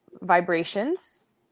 vibrations